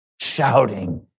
shouting